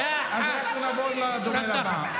אז אנחנו נעבור לדובר הבא.